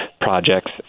projects